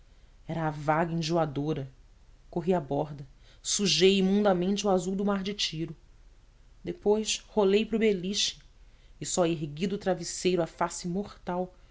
era a vaga enjoadora corri à borda sujei imundamente o azul do mar de tiro depois rolei para o beliche e só ergui do travesseiro a face mortal